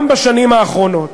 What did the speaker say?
גם בשנים האחרונות.